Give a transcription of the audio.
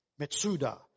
Metsuda